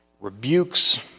rebukes